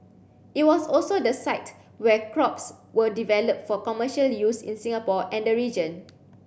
it was also the site where crops were developed for commercial use in Singapore and the region